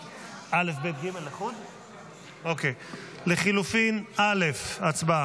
1. לחילופין א', הצבעה.